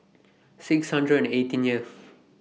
six hundred and eighteenth